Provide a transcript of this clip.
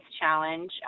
challenge